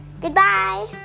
Goodbye